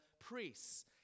priests